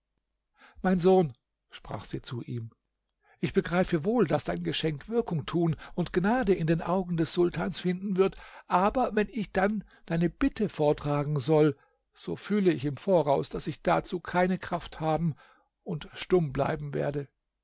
mein sohn sprach sie zu ihm ich begreife wohl daß dein geschenk wirkung tun und gnade in den augen des sultans finden wird aber wenn ich dann deine bitte vortragen soll so fühle ich im voraus daß ich dazu keine kraft haben und stumm bleiben werde